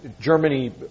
Germany